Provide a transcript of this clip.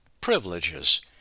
privileges